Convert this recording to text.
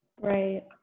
Right